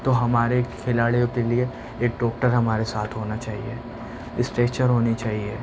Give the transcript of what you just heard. تو ہمارے کھلاڑیو کے لئے ایک ڈاکٹر ہمارے ساتھ ہونا چاہیے اسٹیچر ہونی چاہیے